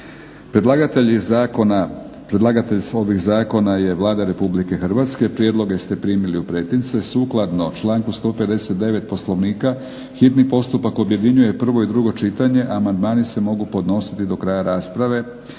Predlagatelj ovih zakona je Vlada RH. Prijedloge ste primili u pretince. Sukladno članku 159. Poslovnika hitni postupak objedinjuje prvo i drugo čitanje, a amandmani se mogu podnositi do kraja rasprave.